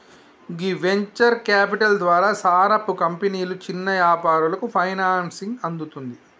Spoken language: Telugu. గీ వెంచర్ క్యాపిటల్ ద్వారా సారపు కంపెనీలు చిన్న యాపారాలకు ఫైనాన్సింగ్ అందుతుంది